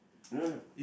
no no